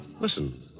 Listen